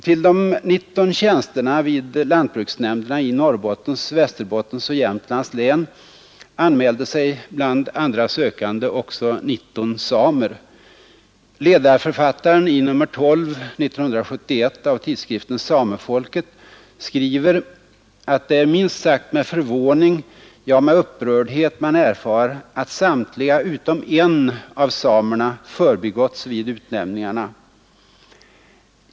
Till de nitton nya tjänsterna vid lantbruksnämnderna i Norrbottens, Västerbottens och Jämtlands län anmälde sig bland andra sökande också nitton samer. Ledarförfattaren i nr 12 år 1971 av tidskriften Samefolket skriver att ”det är minst sagt med förvåning, ja med upprördhet, man erfar att samtliga utom en av samerna förbigåtts vid utnämningarna”.